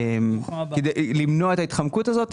כדי למנוע את ההתחמקות הזו,